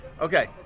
Okay